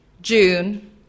June